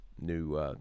new